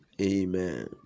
Amen